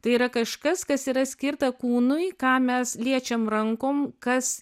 tai yra kažkas kas yra skirta kūnui ką mes liečiam rankom kas